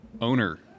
owner